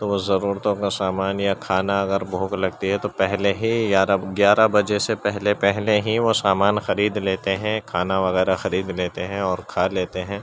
تو وہ ضرورتوں کا سامان یا کھانا اگر بھوک لگتی ہے تو پہلے ہی گیارہ گیارہ بجے سے پہلے پہلے ہی وہ سامان خرید لیتے ہیں کھانا وغیرہ خرید لیتے ہیں اور کھا لیتے ہیں